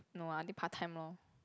no ah did part time lor